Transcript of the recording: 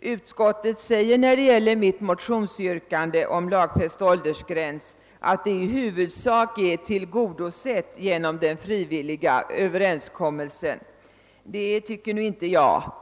Utskottet anför att mitt motionsyrkande om lagfäst åldersgräns i huvudsak är tillgodosett genom den frivilliga överenskommelsen. Det tycker inte jag!